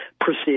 proceed